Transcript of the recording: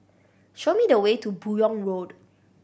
show me the way to Buyong Road